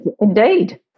indeed